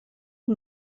amb